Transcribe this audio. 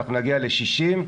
נגיע ל-60,